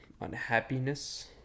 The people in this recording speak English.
unhappiness